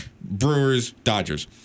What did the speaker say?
Brewers-Dodgers